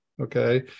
Okay